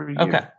Okay